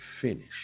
finish